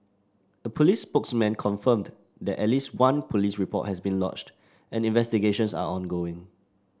a police spokesman confirmed that at least one police report has been lodged and investigations are ongoing